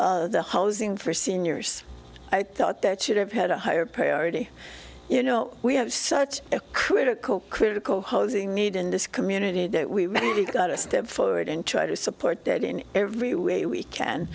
the housing for seniors i thought that should have had a higher priority you know we have such a critical critical housing need in this community that we really got to step forward and try to support that in every way we can